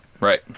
Right